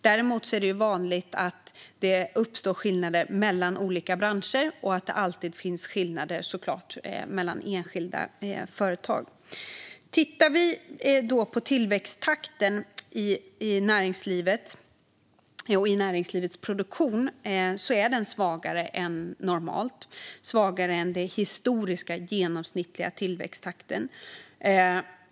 Däremot är det vanligt att det uppstår skillnader mellan olika branscher och att det alltid finns skillnader mellan enskilda företag. Låt oss titta på tillväxttakten i näringslivets produktion. Den är svagare än normalt - svagare än den historiskt genomsnittliga tillväxttakten.